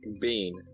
bean